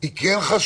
היא כן חשובה.